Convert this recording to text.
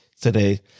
today